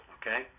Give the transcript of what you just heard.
Okay